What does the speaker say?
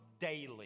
daily